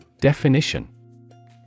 Definition